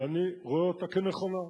ואני רואה אותה כנכונה.